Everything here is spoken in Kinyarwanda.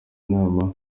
inama